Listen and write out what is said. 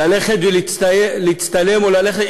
ללכת ולהצטלם או ללכת,